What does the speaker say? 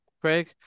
Craig